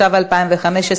התשע"ו 2015,